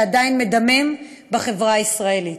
שעדיין מדמם בחברה הישראלית.